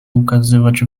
ukazywać